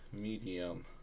medium